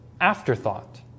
afterthought